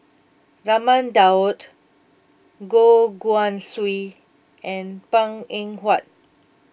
Raman Daud Goh Guan Siew and Png Eng Huat